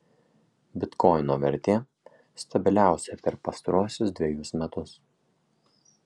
bitkoino vertė stabiliausia per pastaruosius dvejus metus